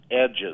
edges